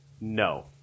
no